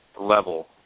level